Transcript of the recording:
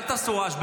אל תעשו רעש.